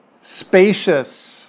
spacious